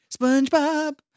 SpongeBob